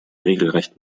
regelrecht